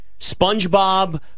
Spongebob